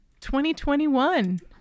2021